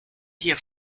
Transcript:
hier